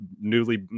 newly